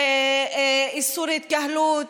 איסור התקהלות